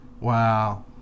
Wow